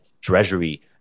treasury